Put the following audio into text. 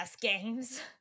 games